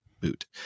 boot